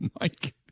Mike